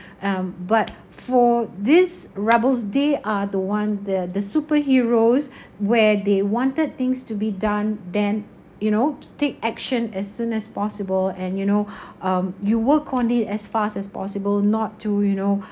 um but for these rebels they are the one the the superheroes where they wanted things to be done then you know to take action as soon as possible and you know um you work on it as fast as possible not to you know